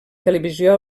televisió